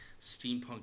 Steampunk